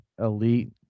elite